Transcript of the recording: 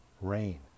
rain